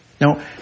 Now